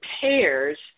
pairs